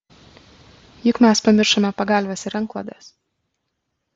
juk mes pamiršome pagalves ir antklodes